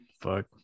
Fuck